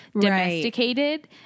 domesticated